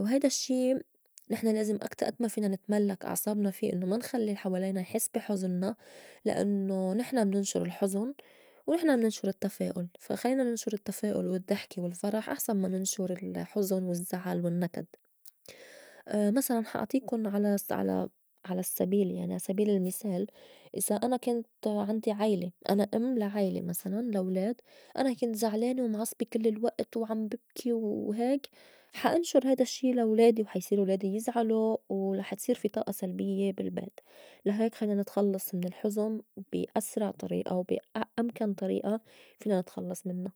وهيدا الشّي نحن لازم أكتر أد ما فينا نتملّك أعصابنا في إنّو ما نخلّي الي حوالينا يحس بي حُزنّا لأنّو نحن مننشُر الحُزُن ونحن مننشُر التّفاؤل. فا خلّينا ننشُر التّفاؤل والضّحكة والفرح أحسن ما ننشُر الحزن والزّعل والنّكد. مسلاً حا أعطيكُن على- س- على- على سبيل يعني عاسبيل المِسال إذا أنا كنت عندي عيلة أنا أم لا عيلة مسلاً لولاد أنا كنت زعلانة ومعصبه كل الوقت وعم ببكي وهيك حا أنشُر هيدا الشّي لا ولادي وحيصيرو ولادي يزعلو ورح تصير في طاقة سلبيّة بالبيت. لا هيك خلّينا نتخلّص من الحُزُن بي أسرع طريئة وبي أمكن طريئة فينا نتخلّص منّا.